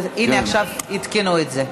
הינה, עכשיו עדכנו את זה.